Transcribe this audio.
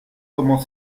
comment